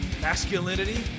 Masculinity